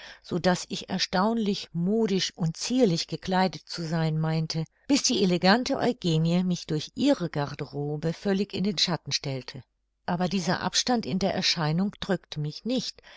so daß ich erstaunlich modisch und zierlich gekleidet zu sein meinte bis die elegante eugenie mich durch ihre garderobe völlig in den schatten stellte aber dieser abstand in der erscheinung drückte mich nicht